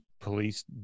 police